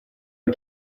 dal